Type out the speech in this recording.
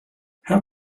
how